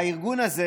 הארגון הזה